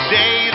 day